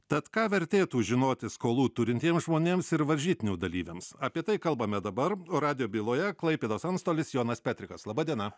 tad ką vertėtų žinoti skolų turintiems žmonėms ir varžytinių dalyviams apie tai kalbame dabar radijo byloje klaipėdos antstolis jonas petrikas laba diena